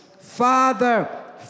Father